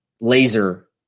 laser